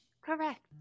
correct